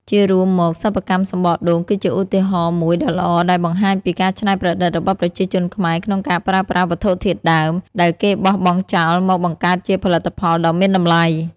ជារួមមកសិប្បកម្មសំបកដូងគឺជាឧទាហរណ៍មួយដ៏ល្អដែលបង្ហាញពីការច្នៃប្រឌិតរបស់ប្រជាជនខ្មែរក្នុងការប្រើប្រាស់វត្ថុធាតុដើមដែលគេបោះបង់ចោលមកបង្កើតជាផលិតផលដ៏មានតម្លៃ។